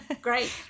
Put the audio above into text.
Great